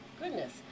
goodness